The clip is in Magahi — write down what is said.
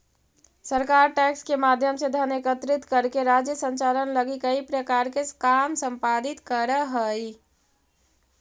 सरकार टैक्स के माध्यम से धन एकत्रित करके राज्य संचालन लगी कई प्रकार के काम संपादित करऽ हई